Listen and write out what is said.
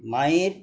মায়ের